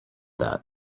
that